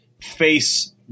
face